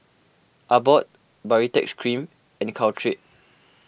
Abbott Baritex Cream and Caltrate